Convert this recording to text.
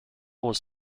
was